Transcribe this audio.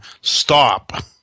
stop